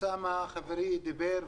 אוסאמה חברי דיבר,